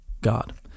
God